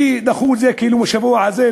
שדחו את זה כאילו מהשבוע הזה,